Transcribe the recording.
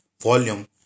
volume